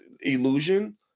illusion